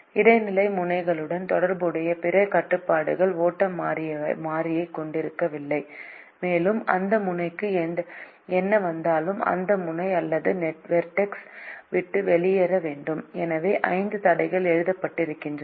இடைநிலை முனைகளுடன் தொடர்புடைய பிற கட்டுப்பாடுகள் ஓட்டம் மாறியைக் கொண்டிருக்கவில்லை மேலும் அந்த முனைக்கு என்ன வந்தாலும் அந்த முனை அல்லது வெர்டெக்ஸை விட்டு வெளியேற வேண்டும் எனவே ஐந்து தடைகள் எழுதப்படுகின்றன